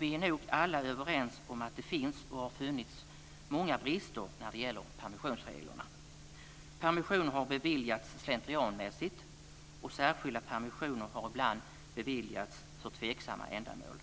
Vi är nog alla överens om att det finns och har funnits många brister när det gäller permissionsreglerna. Permissioner har beviljats slentrianmässigt, och särskilda permissioner har ibland beviljats för tveksamma ändamål.